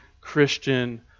Christian